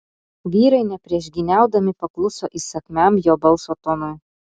vyrai nepriešgyniaudami pakluso įsakmiam jo balso tonui